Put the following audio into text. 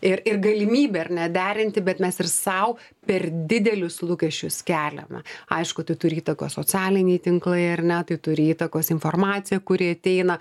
ir ir galimybę ar ne derinti bet mes ir sau per didelius lūkesčius keliame aišku tai turi įtakos socialiniai tinklai ar ne tai turi įtakos informacija kuri ateina